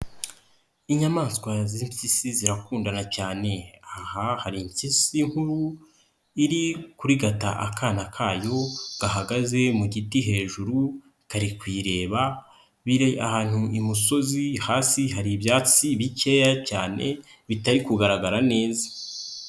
Inyamaswa z'impyisi zirakundana cyane. Aha hari impyisi nkuru, iri kurigata akana kayo, gahagaze mu giti hejuru kari kuyireba. Bire ahantu imusozi hasi hari ibyatsi bikeya cyane, bitari kugaragara neza.